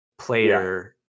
player